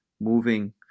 moving